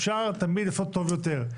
אפשר תמיד לעשות טוב יותר.